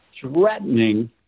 threatening